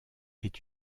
est